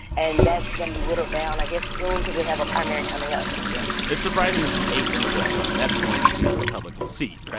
and that's going to be whittled down, i guess soon because we have a primary coming up yeah. it's surprising to see eight democrats run. that's going to be a republican seat, right?